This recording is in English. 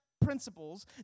principles